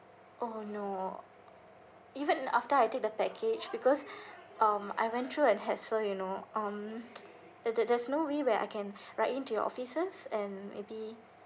oh no even after I take the package because um I went through an hassle you know um there's there's there's no way where I can write in to your officers and maybe